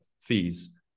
fees